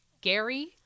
Gary